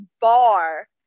bar